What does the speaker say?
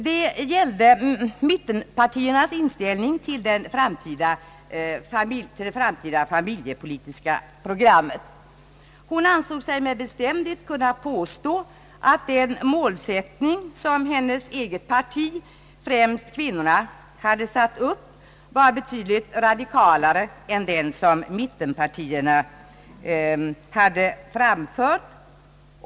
Det gällde mittenpartiernas inställning till det framtida familjepolitiska programmet. Hon ansåg sig med bestämdhet kunna påstå att den målsättning, som främst kvinnorna i hennes eget parti hade satt upp, var betydligt radikalare än den, som mittenpartierna hade framfört.